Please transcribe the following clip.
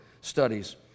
studies